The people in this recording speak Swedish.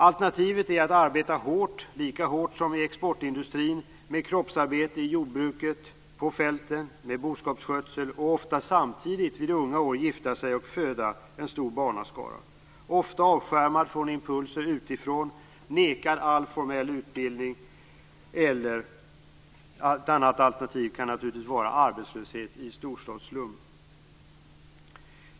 Alternativet är att arbeta lika hårt som man gör inom exportindustrin med kroppsarbete i jordbruket - ute på fälten med boskapsskötsel. Samtidigt gifter sig de här kvinnorna ofta i unga år och föder en stor barnaskara. Ofta är man avskärmad från impulser utifrån, nekad all formell utbildning. Ett annat alternativ kan naturligtvis vara arbetslöshet i storstadsslummen.